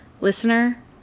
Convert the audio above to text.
listener